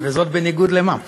זאת בניגוד למה?